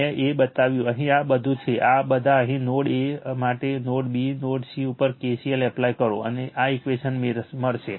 મેં એક બતાવ્યું અહીં આ બધું છે આ બધા અહીં node A node B node C ઉપર KCL એપ્લાય કરો અને આ ઇક્વેશન મળશે